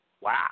Wow